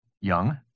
young